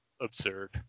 absurd